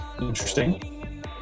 Interesting